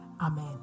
Amen